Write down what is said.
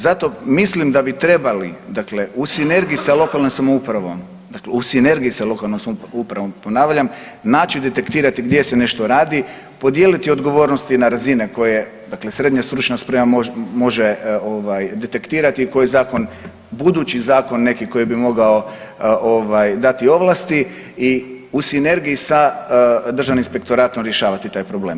Zato mislim da bi trebali dakle, u sinergiji sa lokalnom samoupravom, u sinergiji sa lokalnom samoupravom ponavljam, naći detektirati gdje se nešto radi, podijeliti odgovornosti na razine koje, dakle srednja stručna sprema može ovaj detektirati koji zakon, budući zakon neko koji bi mogao ovaj dati ovlasti i u sinergiji sa državnim inspektoratom rješavati taj problem.